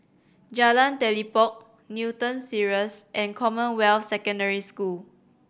Jalan Telipok Newton Cirus and Commonwealth Secondary School